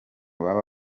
baba